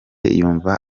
yumva